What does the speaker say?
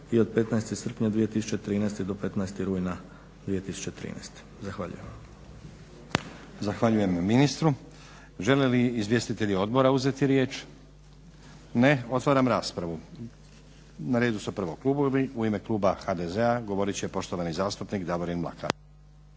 i od 15. srpnja 2013. do 15. rujna 2013. Zahvaljujem. **Stazić, Nenad (SDP)** Zahvaljujem ministru. Žele li izvjestitelji odbora uzeti riječ? Ne. Otvaram raspravu. Na redu su prvo klubovi. U ime kluba HDZ-a govorit će poštovani zastupnik Davorin Mlakar.